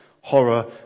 horror